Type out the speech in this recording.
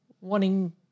wanting